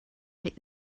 take